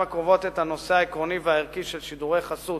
הקרובות את הנושא העקרוני והערכי של שידורי חסות